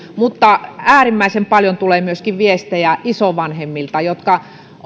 mutta äärimmäisen paljon tulee viestejä myöskin isovanhemmilta jotka